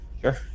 Sure